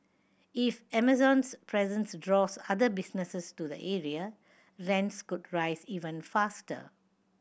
if Amazon's presence draws other businesses to the area rents could rise even faster